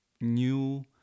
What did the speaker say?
new